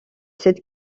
cette